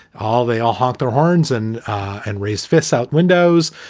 all they all honked their horns and and raised fists out windows.